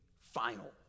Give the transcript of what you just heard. final